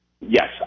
Yes